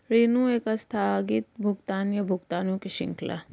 ऋण एक आस्थगित भुगतान, या भुगतानों की श्रृंखला है